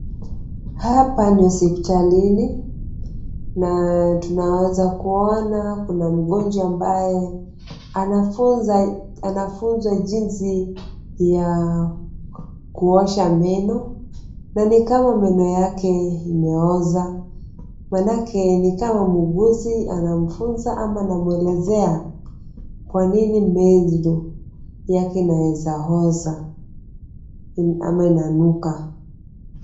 Hapa ni hospitalini na tunaweza kuona kuna mgonjwa ambaye anafunzwa jinsi ya kuosha meno na ni kama meno yake imeoza maanake ni kama muuguzi anamfunza ama anamuelezea kwanini meno yake inaweza oza ama inanuka.